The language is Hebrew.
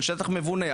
של שטח מבונה,